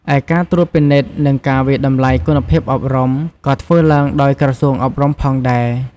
ឯការត្រួតពិនិត្យ និងការវាយតម្លៃគុណភាពអប់រំ ក៏ធ្វើឡើងដោយក្រសួងអប់រំផងដែរ។